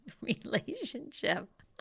relationship